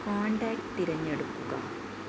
contact തിരഞ്ഞെടുക്കുക